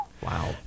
Wow